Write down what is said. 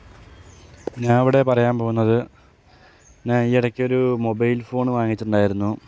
ഞാൻ ഇവിടെ പറയാൻ പോകുന്നത് ഞാൻ ഈ ഇടയ്ക്കൊരു മൊബൈൽ ഫോൺ വാങ്ങിച്ചിട്ടുണ്ടാരുന്നു